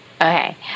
okay